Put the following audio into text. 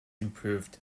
improved